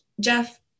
Jeff